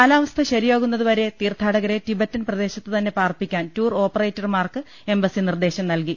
കാലാവസ്ഥ ശരിയാകുന്നതുവരെ തീർത്ഥാടകരെ ടിബറ്റൻ പ്രദേശത്തു തന്നെ പാർപ്പിക്കാൻ ടൂർ ഓപ്പറേറ്റർമാർക്ക് എംബസി നിർദേശം നല്കി